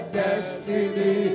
destiny